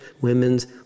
women's